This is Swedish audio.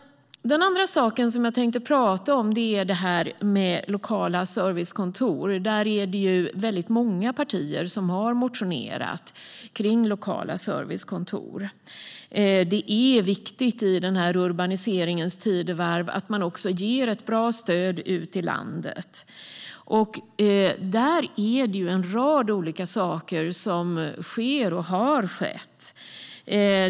Den andra del jag tänkte tala om är detta med lokala servicekontor. Det är väldigt många partier som har motionerat om lokala servicekontor. Det är viktigt i detta urbaniseringens tidevarv att ge ett bra stöd ut till landet, och där är det en rad olika saker som sker och har skett.